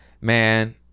man